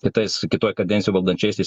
kitais kitoj kadencijoj valdančiaisiais